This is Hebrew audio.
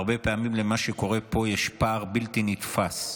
הרבה פעמים לעומת מה שקורה פה יש פער בלתי נתפס.